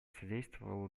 содействовало